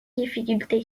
difficulté